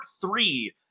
three